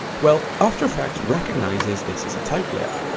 well after effects recognizes this is a type layer,